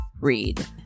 Read